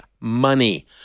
money